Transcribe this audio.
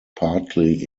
partly